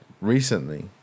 recently